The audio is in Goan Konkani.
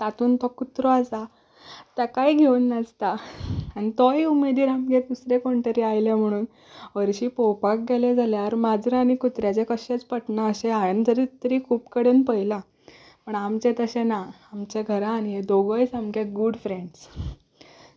तातूंत तो कुत्रो आसा ताकाय घेवन नाचता आनी तोवय उमेदीन आमगेर दुसरें कोण तरी आयलें म्हणून हरशीं पळोवपाक गेलें जाल्यार माजरां आनी कुत्र्यांचें कशेंच पटना अशें हांवें तरी खूब कडेन पळयलां पूण आमचें तशें ना आमच्या घरांत हे दोगूय सामके गूड फ्रेंड्स